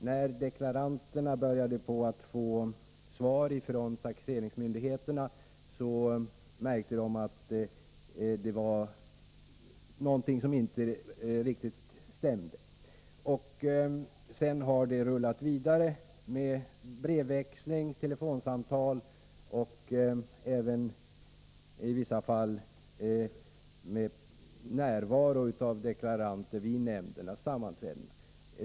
När deklaranterna fick svar från taxeringsmyndigheterna märkte de att det var någonting som inte riktigt stämde, och sedan har det hela rullat vidare med brevväxling och telefonsamtal från deklaranterna, och i vissa fall även genom att deklaranterna varit närvarande vid taxeringsnämndernas sammanträden.